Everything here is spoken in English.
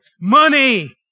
Money